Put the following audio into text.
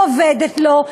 עובדת לו,